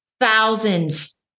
thousands